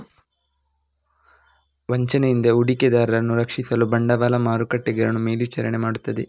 ವಂಚನೆಯಿಂದ ಹೂಡಿಕೆದಾರರನ್ನು ರಕ್ಷಿಸಲು ಬಂಡವಾಳ ಮಾರುಕಟ್ಟೆಗಳನ್ನು ಮೇಲ್ವಿಚಾರಣೆ ಮಾಡುತ್ತದೆ